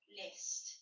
list